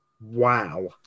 Wow